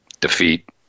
defeat